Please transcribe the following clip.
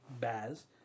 Baz